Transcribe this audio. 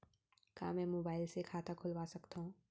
का मैं मोबाइल से खाता खोलवा सकथव?